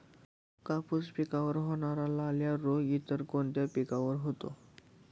कापूस पिकावर होणारा लाल्या रोग इतर कोणत्या पिकावर होतो?